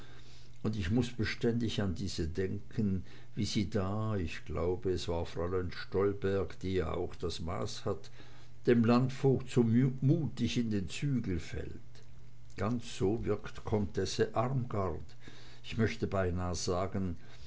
und ich mußte beständig an diese denken wie sie da ich glaube es war fräulein stolberg die ja auch das maß hat dem landvogt so mutig in den zügel fällt ganz so wirkt comtesse armgard ich möchte beinah sagen